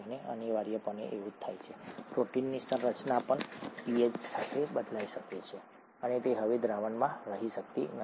અને અનિવાર્યપણે આવું જ થાય છે પ્રોટીનની સંરચના પણ પીએચ સાથે બદલાઈ શકે છે અને તે હવે દ્રાવણમાં રહી શકતી નથી